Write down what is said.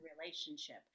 relationship